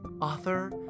author